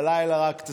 והלילה רק,